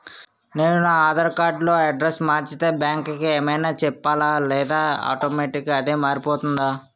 నేను నా ఆధార్ కార్డ్ లో అడ్రెస్స్ మార్చితే బ్యాంక్ కి ఏమైనా చెప్పాలా లేదా ఆటోమేటిక్గా అదే మారిపోతుందా?